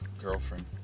girlfriend